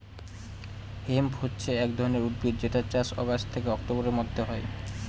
hemp হছে এক ধরনের উদ্ভিদ যেটার চাষ অগাস্ট থেকে অক্টোবরের মধ্যে হয়